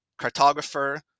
cartographer